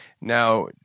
Now